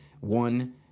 one